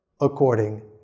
according